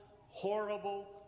horrible